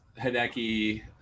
Hideki